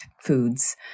foods